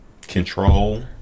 Control